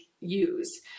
use